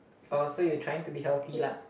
oh so you trying to be healthy lah